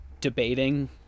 debating